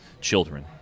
children